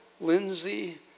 Lindsay